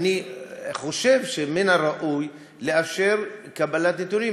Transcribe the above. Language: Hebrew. אני חושב שמן הראוי לאשר קבלת נתונים.